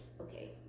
Okay